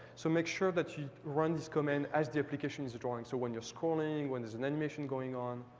so make sure that you run this comment as the application is drawing, so when you're scrolling, when there's an animation going on